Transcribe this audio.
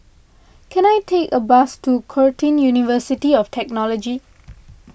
can I take a bus to Curtin University of Technology